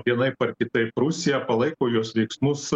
vienaip ar kitaip rusiją palaiko jos veiksmus